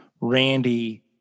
Randy